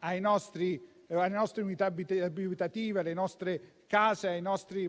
alle nostre unità abitative, alle nostre case,